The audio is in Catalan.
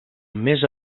més